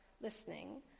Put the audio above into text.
listening